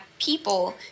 people